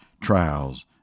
trials